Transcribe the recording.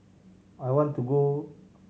I want to go